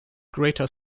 greater